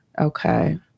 Okay